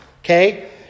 okay